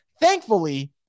Thankfully